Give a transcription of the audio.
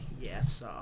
yes